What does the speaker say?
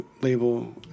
label